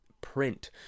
print